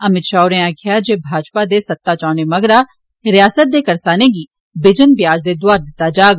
अमित शाह होरें आक्खेआ जे भाजपा दे सत्ता च औने मगरा रियासत दे करसानें गी बिजन ब्याज दे दौआर दित्ता जाग